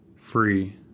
free